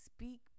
speak